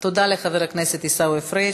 תודה לחבר הכנסת עיסאווי פריג'.